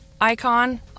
icon